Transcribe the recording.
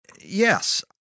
Yes